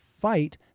fight